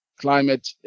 climate